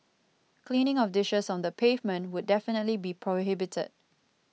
cleaning of dishes on the pavement would definitely be prohibited